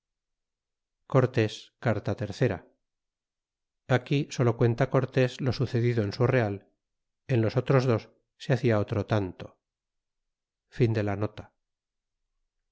cortés carta iii agur solo cuenta cortes lo sucedido en su real en los otros dos se hacia otro tanto